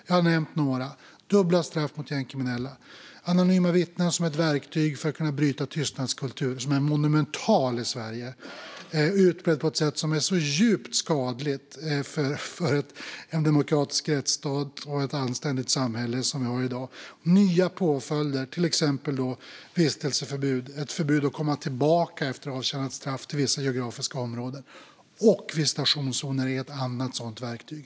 Jag har nämnt några: dubbla straff mot gängkriminella, anonyma vittnen som ett verktyg för att kunna bryta tystnadskulturen - som är monumental i Sverige och utbredd på ett sätt som är djupt skadligt för en demokratisk rättsstat och en anständigt samhälle - nya påföljder, till exempel vistelseförbud, alltså ett förbud att komma tillbaka till vissa geografiska områden efter avtjänat straff. Visitationszoner är ett annat sådant verktyg.